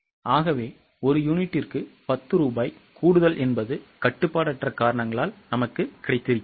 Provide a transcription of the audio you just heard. ஆகவே ஒரு யூனிட்டுக்கு 10 ரூபாய் கூடுதல் என்பது கட்டுப்பாடற்றகாரணங்களால் ஆகும்